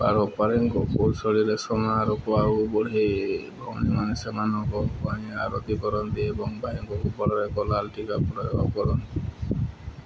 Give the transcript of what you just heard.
ପାରମ୍ପାରିକ ଶୈଳୀରେ ସମାରୋହକୁ ଆଗକୁ ବଢ଼ାଇ ଭଉଣୀମାନେ ସେମାନଙ୍କ ଭାଇ ପାଇଁ ଆରତୀ କରନ୍ତି ଏବଂ ଭାଇଙ୍କ କପାଳରେ ଏକ ଲାଲ୍ ଟିକା ପ୍ରୟୋଗ କରନ୍ତି